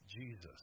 Jesus